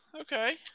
okay